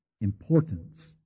importance